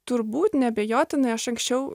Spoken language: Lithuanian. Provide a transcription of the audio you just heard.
turbūt neabejotinai aš anksčiau